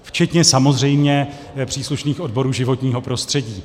Včetně samozřejmě příslušných odborů životního prostředí.